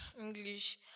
English